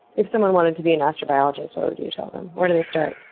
if someone wanted to be an astrobiologist, what would you tell them? where do they start?